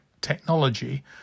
technology